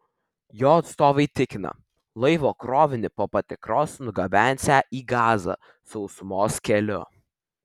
jo atstovai tikina laivo krovinį po patikros nugabensią į gazą sausumos keliu